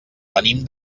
venim